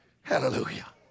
Hallelujah